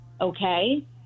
okay